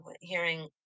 hearing